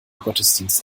gottesdienst